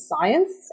Science